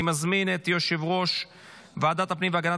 אני מזמין את יושב-ראש ועדת הפנים והגנת